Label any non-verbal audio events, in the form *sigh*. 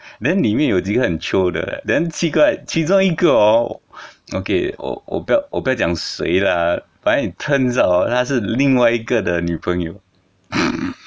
then 里面有几个很 chio 的 leh then 其个其中一个 hor okay 我我不要我不要讲谁啦 but then it turns out hor 她是另外一个的女朋友 *laughs*